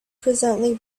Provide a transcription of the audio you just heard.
presently